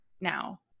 now